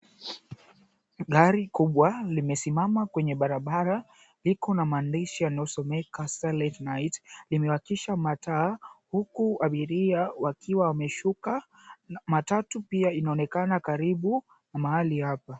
Gari kubwa limesimama kwenye barabara, liko na maandishi yanayosomeka, "Silent Night" na limewakisha mataa, huku abiria wakiwa wameshuka. Matatu pia inaonekana karibu na mahali hapa.